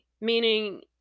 meaning